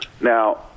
Now